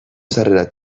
sarrera